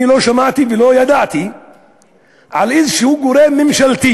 אני לא שמעתי ולא ידעתי על איזשהו גורם ממשלתי